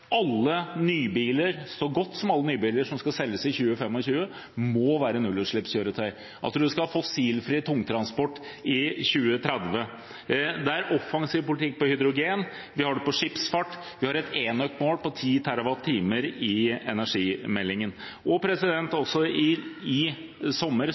alle nye biler som skal selges i 2020–2025, må være nullutslippskjøretøy, at vi skal ha fossilfri tungtransport i 2030. Det er offensiv politikk når det gjelder hydrogen. Vi har det innen skipsfart. Vi har et enøkmål på 10 TWh i energimeldingen, og i sommer